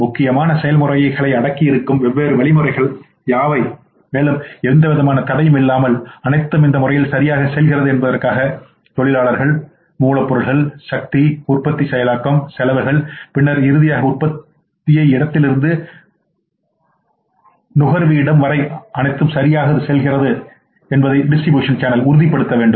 முக்கியமான செயல்முறையை அடங்கியிருக்கும் வெவ்வேறு வழிமுறைகளை யாவை மேலும் எந்தவித தடையும் இல்லாமல் அனைத்தும் இந்த முறையில் சரியாக செல்கிறது என்பதற்காக தொழிலாளர்கள் மூலப்பொருள் சக்தி உற்பத்தி செயலாக்கம் செலவுகள் பின்னர் இறுதியாக உற்பத்தியை இடத்தில் இருந்து நிகழ்ச்சி நுகர்வு இடம் வரை அனைத்தும் சரியாக செல்கிறது என்பதை உறுதிப்படுத்த வேண்டும்